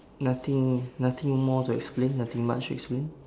nothing nothing more to explain nothing much to explain